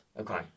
Okay